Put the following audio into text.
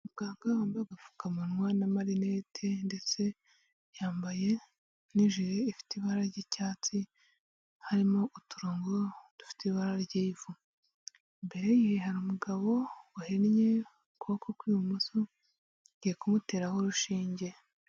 Muganga wambaye agapfukamunwa n'amarinete ndetse yambaye n'ijiri ifite ibara ry'icyatsi harimo uturongo dufite ibara ry'ivu imbere ye hari umugabo wahinnnye ukuboko kw'ibumoso agiye kumuteraho urushinge.